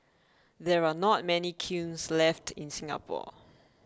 there are not many kilns left in Singapore